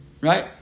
right